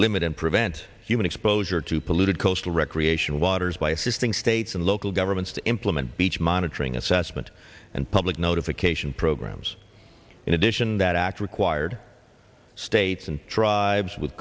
limit and prevent human exposure to polluted coastal recreational waters by assisting states and local governments to implement beach monitoring assessment and public notification programs in addition that act required states and tribes with